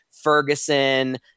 Ferguson